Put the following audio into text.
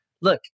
look